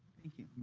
thank you.